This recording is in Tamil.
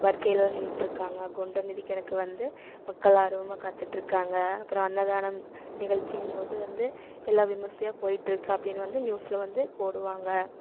வரிசையில் நின்றுட்ருக்காங்க குண்டம் மிதிக்கிறக்கு வந்து மக்கள் ஆர்வமாக காத்துகிட்ருக்காங்க அப்புறோம் அன்னதானம் நிகழ்ச்சிங்கும்போது வந்து எல்லாம் விமர்சையா போயிட்டிருக்கு அப்டின்னு வந்து நியூஸில் வந்து போடுவாங்க